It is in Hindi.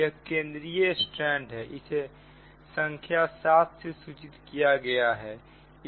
यह केंद्रीय स्ट्रैंड है इसे संख्या 7 से सूचित किया गया है